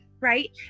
right